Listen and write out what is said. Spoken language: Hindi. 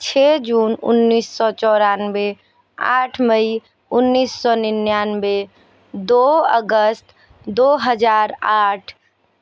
छः जून उन्नीस सौ चौरानवे आठ मई उन्नीस सौ निन्यानवे दो अगस्त दो हज़ार आठ